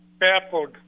baffled